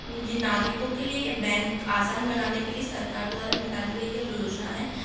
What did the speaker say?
ये नागरिकों के लिए ये बैंक आसान बनाने के लिए सरकार द्वारा निकाली गई यह जो योजना है